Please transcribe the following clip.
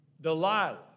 Delilah